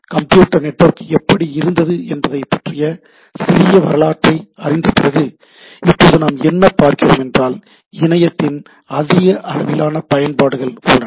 computer network எப்படி இருந்தது என்பதைப் பற்றிய சிறிய வரலாற்றை அறிந்த பிறகு இப்போது நாம் என்ன பார்க்கிறோம் என்றால் இணையத்தின் அதிக அளவிலான பயன்பாடுகள் உள்ளன